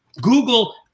Google